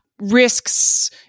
risks